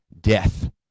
death